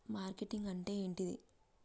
Marketing అంటే ఏంటిది?